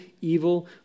evil